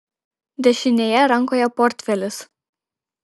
dešinėje rankoje portfelis